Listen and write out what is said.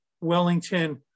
Wellington